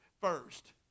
first